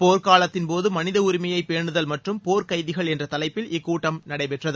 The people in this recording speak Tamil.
போர் காலத்தின்போது மனித உரிமையை பேனுதல் மற்றும் போர்க்கைதிகள் என்ற தலைப்பில் இக்கூட்டம் நடைபெற்றது